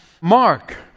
Mark